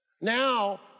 Now